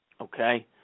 Okay